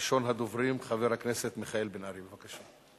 ראשון הדוברים, חבר הכנסת מיכאל בן-ארי, בבקשה.